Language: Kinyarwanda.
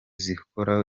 zihoraho